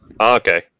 okay